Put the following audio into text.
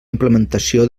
implementació